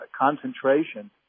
concentration